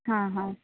हां हां